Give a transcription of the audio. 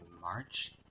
march